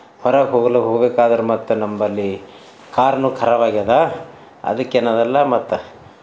ಹೊರಗೆ ಹೋಗಲ ಹೋಗೋಕೆ ಆಗರ್ ಮತ್ತು ನಂಬಳಿ ಕಾರ್ನು ಕರಾಬ್ ಆಗ್ಯದ ಅದಕ್ಕೆ ನಾವೆಲ್ಲ ಮತ್ತು